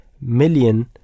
million